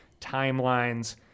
timelines